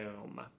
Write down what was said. home